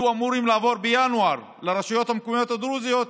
שהיו אמורים לעבור בינואר לרשויות המקומיות הדרוזיות,